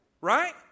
Right